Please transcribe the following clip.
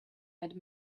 had